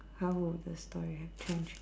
how would the story have changed